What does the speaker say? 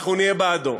אנחנו נהיה בעדו.